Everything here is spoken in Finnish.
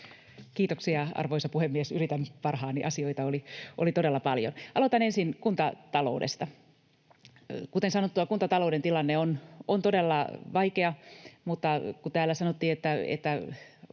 Kiitoksia, arvoisa puhemies! Yritän parhaani. Asioita oli todella paljon. Aloitan ensin kuntataloudesta. Kuten sanottua, kuntatalouden tilanne on todella vaikea. Mutta kun täällä sanottiin,